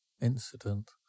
incident